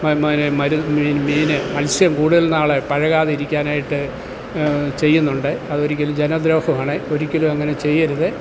പിന്നെ മരുന്ന് മീൻ മൽസ്യം കൂടുതൽ നാൾ പഴകാതിരിക്കാനായിട്ട് ചെയ്യുന്നുണ്ട് അതൊരിക്കലും ജനദ്രോഹമാണ് ഒരിക്കലും അങ്ങനെ ചെയ്യരുത്